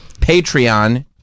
Patreon